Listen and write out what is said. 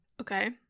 Okay